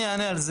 אני אענה על זה.